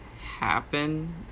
happen